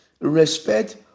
respect